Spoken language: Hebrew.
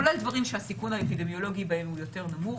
כולל דברים שהסיכון האפידמיולוגי בהם הוא יותר נמוך.